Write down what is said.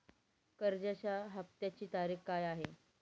कर्जाचा हफ्त्याची तारीख काय आहे?